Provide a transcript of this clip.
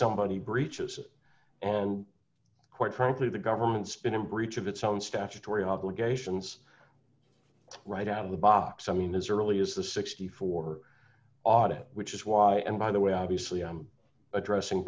somebody breaches and quite frankly the government's been in breach of its own statutory obligations right out of the box i mean as early as the sixty four audit which is why and by the way obviously i'm addressing